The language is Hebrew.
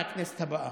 מהכנסת הבאה.